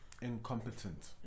incompetent